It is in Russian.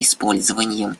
использованием